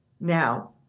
Now